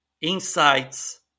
insights